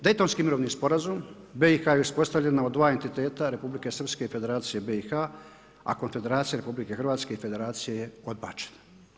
Daytonski mirovni sporazum BIH je uspostavljena u dva entiteta, Republike Srpske i Federacije BIH, a konfederacija RH i Federacije je odbačena.